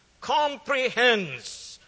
Comprehends